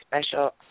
special